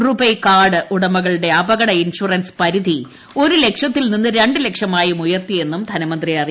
RuPay card ഉടമകളുടെ അപകട insurance പരിധി ഒരു ലക്ഷത്തിൽ നിന്ന് രണ്ട് ലക്ഷമായും ഉയർത്തി എന്നും ധനമന്ത്രി അറിയിച്ചു